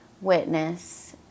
witness